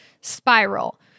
spiral